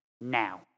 Now